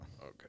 Okay